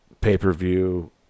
pay-per-view